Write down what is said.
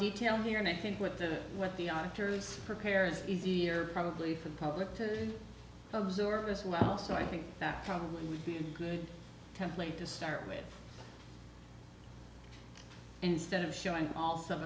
detail here and i think what that what the auditors prepare is easier probably for the public to absorb as well so i think that probably would be a good template to start with instead of showing all some